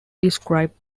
described